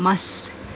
must